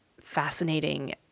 fascinating